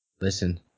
listen